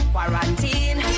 Quarantine